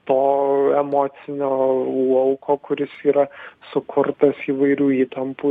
to emocinio lauko kuris yra sukurtas įvairių įtampų